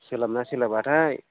सोलाबोना सोलाबाथाय